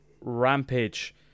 Rampage